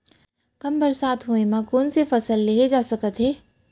कम बरसात होए मा कौन से फसल लेहे जाथे सकत हे?